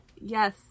Yes